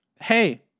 Hey